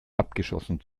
abgeschossen